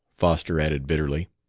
foster added bitterly.